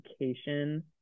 education